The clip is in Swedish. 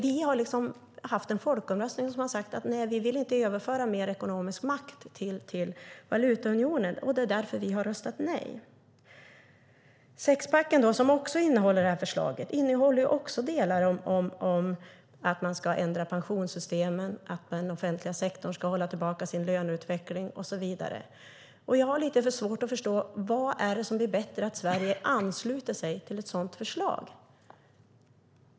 Vi har haft en folkomröstning som har sagt att vi inte vill överföra mer ekonomisk makt till valutaunionen, och det är därför vi har röstat nej. Sexpacken, som också innehåller det här förslaget, innehåller också delar om att man ska ändra pensionssystemen, att den offentliga sektorn ska hålla tillbaka sin löneutveckling och så vidare. Jag har lite svårt att förstå vad det är som blir bättre i och med att Sverige ansluter sig till ett sådant förslag.